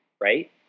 right